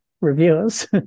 reviewers